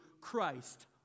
Christ